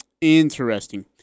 Interesting